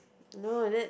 no that's